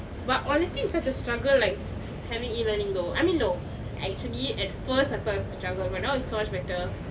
but honestly it's such a struggle like having E learning though I mean no actually at first I thought it's a struggle but now it's so much better